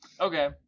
Okay